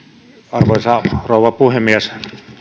arvoisa rouva puhemies näin